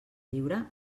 lliure